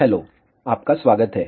hello आपका स्वागत है